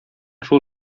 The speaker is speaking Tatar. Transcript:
шул